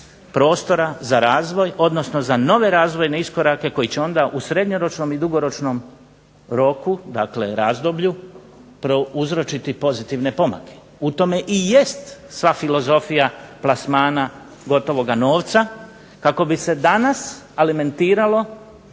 prostora za razvoj, odnosno za nove razvojne iskorake koji će onda u srednjoročnom i dugoročnom roku, dakle razdoblju prouzročiti pozitivne pomake. U tome i jest sva filozofija plasmana gotova novca, kako bi se danas alimentiralo